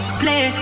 play